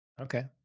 Okay